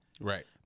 Right